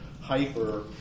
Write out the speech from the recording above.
hyper